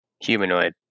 humanoid